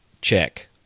check